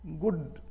good